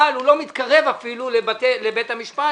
אבל הוא לא מתקרב אפילו לבית המשפט,